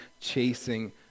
chasing